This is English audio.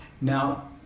Now